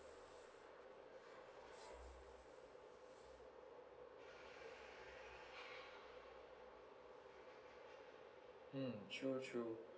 mm true true